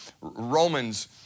Romans